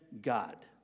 God